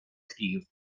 llif